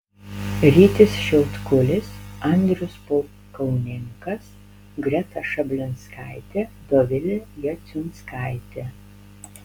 rytis šiautkulis andrius pulkauninkas greta šablinskaitė dovilė jaciunskaitė